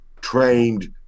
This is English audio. trained